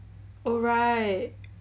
oh right